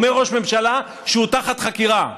אומר ראש ממשלה שהוא תחת חקירה,